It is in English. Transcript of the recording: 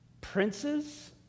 Princes